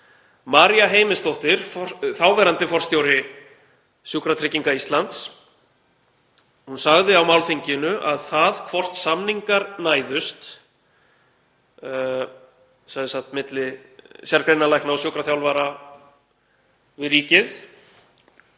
María Heimisdóttir, þáverandi forstjóri Sjúkratrygginga Íslands, sagði á málþinginu að það hvort samningar næðust milli sérgreinalækna og sjúkraþjálfara við ríkið